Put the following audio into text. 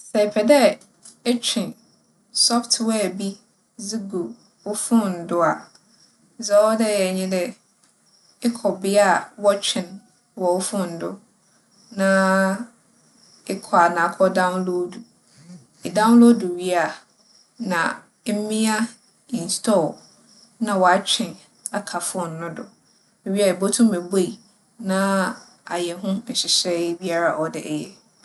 Sɛ epɛ dɛ etwe 'software' bi dze gu wo foon do a, dza ͻwͻ dɛ eyɛ nye dɛ ekͻ bea a wͻtwe wͻ wo foon do. Na ekͻ a na akͻdanloodo. Edanloodo wie a na emia 'install', na ͻatwe aka foon no do. Iwie a ibotum ebue na ayɛ ho nhyehyɛɛ biara a ͻwͻ dɛ eyɛ.